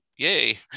yay